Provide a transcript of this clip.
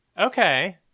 Okay